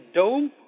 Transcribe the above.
dome